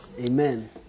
Amen